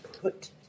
put